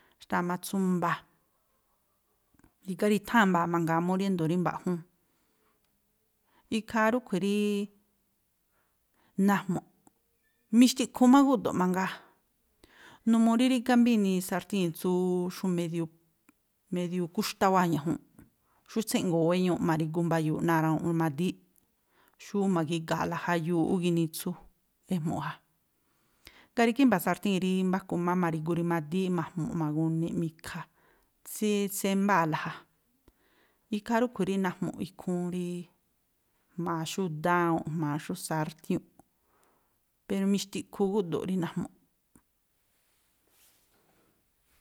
Xtáa̱ má tsú mbaa̱, rígá rí i̱tháa̱n mbaa̱ mangaa mú riándo̱ rí mbaꞌjúú. Ikhaa rúꞌkhui̱ ríí najmu̱ꞌ. Mixtiꞌkhu má gúꞌdo̱ꞌ mangaa, numuu rí rígá mbá inii sartíi̱n tsú xú medio, medio kúxtá wáa̱ ñajuunꞌ, tsú tséꞌngo̱o̱ wéñuuꞌ ma̱ri̱gu mba̱yu̱u̱ꞌ náa̱ rawuunꞌ rimadííꞌ, xú ma̱giga̱a̱la jayuuꞌ ú ginitsu ejmu̱ꞌ ja. Ngáa̱ rígá i̱mba̱ sartíi̱n rí mbáku má ma̱ri̱gu rimadííꞌ ma̱jmuꞌ ma̱guniꞌ, mi̱kha, tsííí tsiémbáa̱la, ikhaa rúꞌkhui̱ rí najmu̱ꞌ ikhúún rí jma̱a xú dawu̱nꞌ jma̱a xú sartiúnꞌ. Pero mixtiꞌkhu gúꞌdo̱ꞌ rí najmu̱ꞌ.